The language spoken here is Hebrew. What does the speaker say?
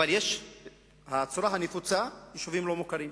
אך הצורה הנפוצה, יישובים לא-מוכרים.